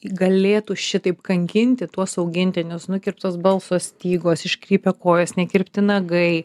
galėtų šitaip kankinti tuos augintinius nukirptos balso stygos iškrypę kojas nekirpti nagai